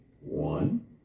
One